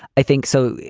i think so.